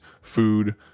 food